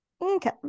okay